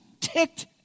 ticked